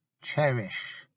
cherish